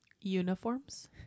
Uniforms